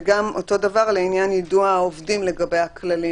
וגם אותו דבר לעניין יידוע העובדים לגבי הכללים,